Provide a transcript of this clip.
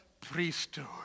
priesthood